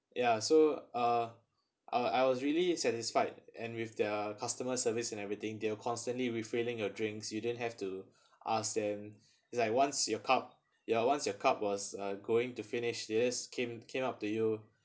ya so uh I was really satisfied and with their customer service and everything they're constantly refilling your drinks you didn't have to ask them it's like once your cup ya once your cup was uh going to finish they just came came up to you